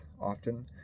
often